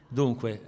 dunque